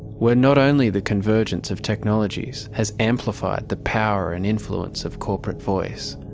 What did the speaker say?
where not only the convergence of technologies has amplified the power and influence of corporate voice,